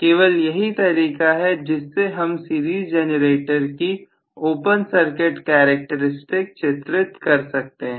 केवल यही तरीका है जिससे हम सीरीज जनरेटर की ओपन सर्किट कैरेक्टरिस्टिक चित्रित कर सकते हैं